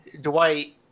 Dwight